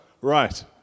Right